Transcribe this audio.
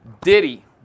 Diddy